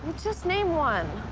just name one.